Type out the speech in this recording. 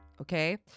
Okay